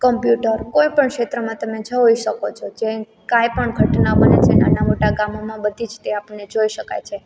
computer કોઈપણ ક્ષેત્રમાં તમે જોઈ શકો છો જે કંઈ પણ ઘટના બને જે નાના મોટા ગામોમાં બધી જ તે આપને જોઈ શકાય છે